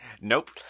Nope